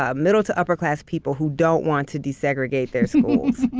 ah middle to upper-class people who don't want to desegregate their schools,